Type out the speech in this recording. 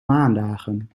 maandagen